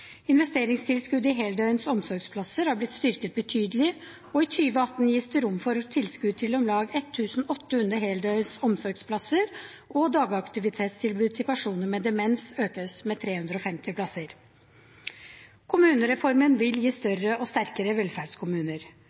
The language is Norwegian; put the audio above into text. Investeringstilskuddet til heldøgns omsorgsplasser har blitt styrket betydelig, og i 2018 gis det rom for tilskudd til om lag 1 800 heldøgns omsorgsplasser, og dagaktivitetstilbud til personer med demens økes med 350 plasser. Kommunereformen vil gi større og sterkere velferdskommuner.